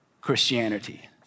Christianity